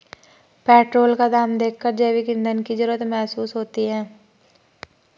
petrol का दाम देखकर जैविक ईंधन की जरूरत महसूस होती है